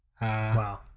Wow